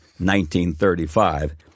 1935